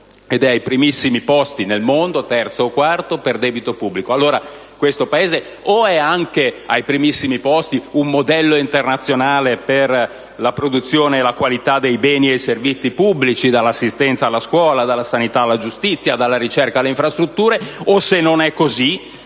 ed è ai primissimi posti nel mondo (terzo o quarto) per debito pubblico, o è anche ai primissimi posti come modello internazionale per la produzione e la qualità di beni e servizi pubblici (dall'assistenza alla scuola, dalla sanità alla giustizia, dalla ricerca alle infrastrutture), oppure, se non è così,